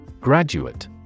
Graduate